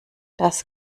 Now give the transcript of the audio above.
das